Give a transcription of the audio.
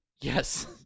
Yes